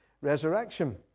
resurrection